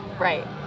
Right